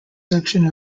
section